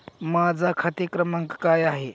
माझा खाते क्रमांक काय आहे?